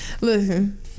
Listen